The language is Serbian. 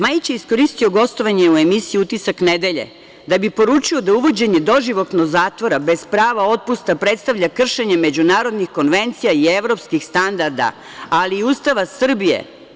Majić je iskoristio gostovanje u emisiji „Utisak nedelje“, da bi poručio da uvođenje doživotnog zatvora bez prava otpusta predstavlja kršenje međunarodnih konvencija i evropskih standarda, ali i Ustava Srbije.